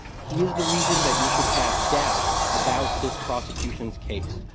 he is the reason that you should have doubt about this prosecution's case.